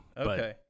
Okay